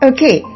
Okay